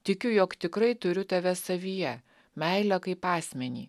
tikiu jog tikrai turiu tave savyje meilę kaip asmenį